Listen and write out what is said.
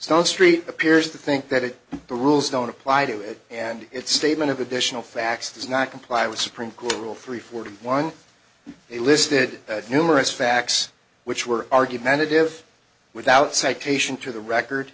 stonestreet appears to think that the rules don't apply to it and its statement of additional facts does not comply with supreme court rule three forty one it listed numerous facts which were argumentative without citation to the record